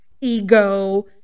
ego